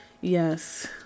yes